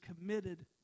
committed